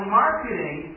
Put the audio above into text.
marketing